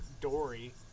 Dory